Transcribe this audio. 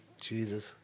Jesus